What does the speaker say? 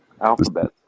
Alphabet